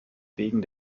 wegen